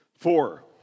Four